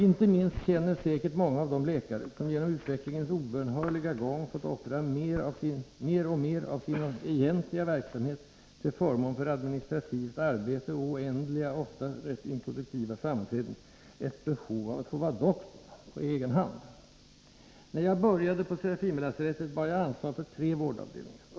Inte minst känner säkert många av de läkare som genom utvecklingens obönhörliga gång fått offra mer och mer av sin egentliga verksamhet till förmån för administrativt arbete och oändliga och ofta rätt improduktiva sammanträden, ett behov av att man skall få vara doktor, på egen hand. När jag började på Serafimerlasarettet bar jag ansvar för tre vårdavdelningar.